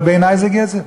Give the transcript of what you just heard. אבל בעיני זה גזל,